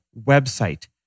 website